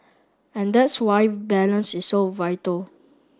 and that's why balance is so vital